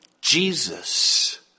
Jesus